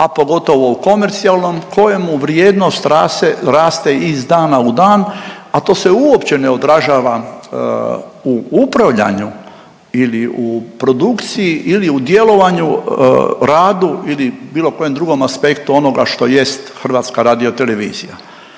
a pogotovo u komercijalnom, kojemu vrijednost raste iz dana u dan, a to se uopće ne odražava u upravljanju ili u produkciji ili u djelovanju, radu ili bilo kojem drugom aspektu onoga što jest HRT. Dakle